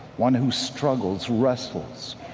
one who struggles, wrestles,